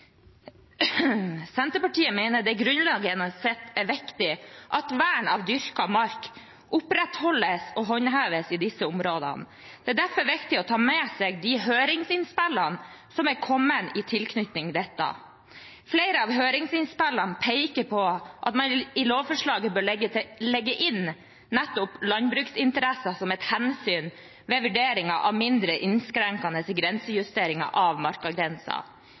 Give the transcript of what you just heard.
Senterpartiet mener det grunnleggende sett er viktig at vern av dyrket mark opprettholdes og håndheves i disse områdene. Det er derfor viktig å ta med seg de høringsinnspillene som er kommet i tilknytning til dette. Flere av høringsinnspillene peker på at man i lovforslaget bør legge inn nettopp landbruksinteresser som et hensyn ved vurderingen av «mindre innskrenkende» grensejusteringer av